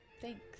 Thanks